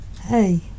Hey